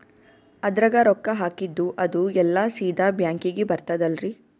ಅದ್ರಗ ರೊಕ್ಕ ಹಾಕಿದ್ದು ಅದು ಎಲ್ಲಾ ಸೀದಾ ಬ್ಯಾಂಕಿಗಿ ಬರ್ತದಲ್ರಿ?